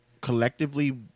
collectively